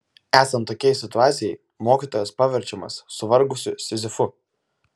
esant tokiai situacijai mokytojas paverčiamas suvargusiu sizifu